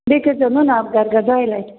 بیٚیہِ کٔرۍزیو نُنہٕ آبہٕ گَر گَر دۄیہِ لَٹہِ